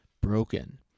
broken